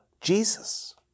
Jesus